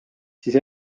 siis